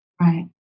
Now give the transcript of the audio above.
Right